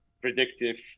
predictive